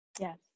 Yes